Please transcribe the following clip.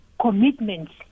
commitments